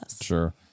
Sure